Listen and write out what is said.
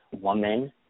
woman